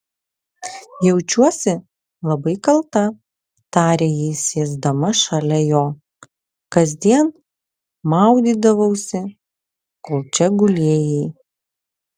jaučiuosi labai kalta tarė ji sėsdama šalia jo kasdien maudydavausi kol čia gulėjai